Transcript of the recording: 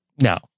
No